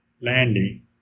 landing